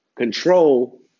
Control